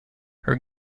her